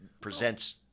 presents